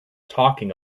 talking